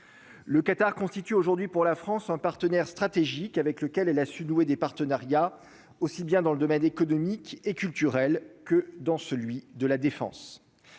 le Qatar constitue aujourd'hui pour la France un partenaire stratégique avec lequel elle a su nouer des partenariats aussi bien dans le domaine économique et culturel que dans celui de la Défense,